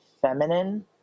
feminine